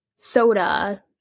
soda